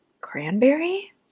Cranberry